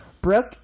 Brooke